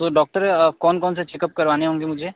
तो डॉक्टर कौन कौन से चेकप करवाने होंगे मुझे